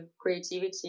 creativity